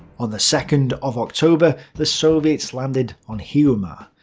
on the second of october, the soviets landed on hiiumaa.